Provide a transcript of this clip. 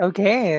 Okay